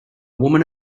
woman